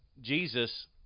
Jesus